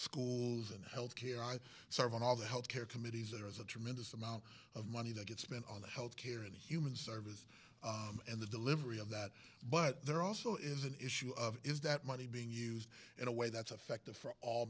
schools and health care i serve on all the health care committees there is a tremendous amount of money that gets spent on the health care and human services and the delivery of that but there also is an issue of is that money being used in a way that's affected